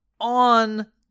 on